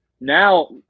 now